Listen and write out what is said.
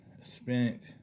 spent